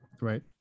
right